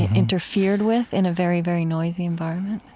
and interfered with in a very, very noisy environment